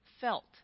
felt